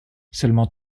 seulement